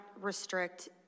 restrict